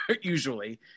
usually